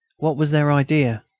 what was their idea?